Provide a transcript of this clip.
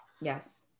Yes